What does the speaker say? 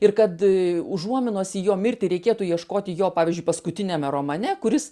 ir kad užuominos į jo mirtį reikėtų ieškoti jo pavyzdžiui paskutiniame romane kuris